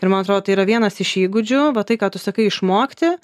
ir man atrodo tai yra vienas iš įgūdžių va tai ką tu sakai išmokti